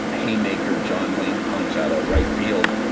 haymaker, john wayne punch out of right field,